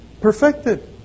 Perfected